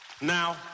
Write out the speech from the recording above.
Now